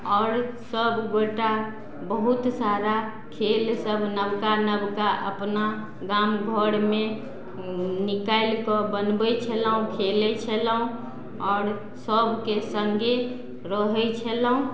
आओर सब गोटा बहुत सारा खेल सब नबका नबका अपना गाम घरमे निकालि कऽ बनबय छलहुँ खेलय छलहुँ आओर सबके सङ्गे रहय छलहुँ